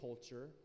culture